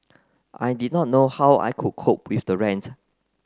I did not know how I would cope with the rent